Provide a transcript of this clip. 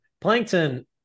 Plankton